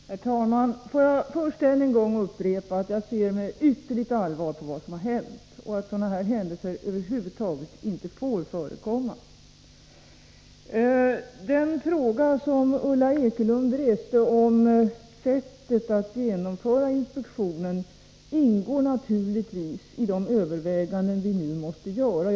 Herr talman! Får jag först än en gång upprepa att jag ser med ytterligt allvar på vad som har hänt och att sådana här händelser över huvud taget inte får förekomma. Den fråga som Ulla Ekelund reste om sättet att genomföra inspektioner ingår naturligtvis i de frågor som vi nu måste överväga.